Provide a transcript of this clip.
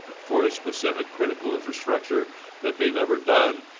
for a specific critical infrastructure that they've ever done,